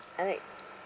I like